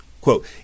Quote